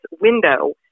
window